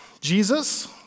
Jesus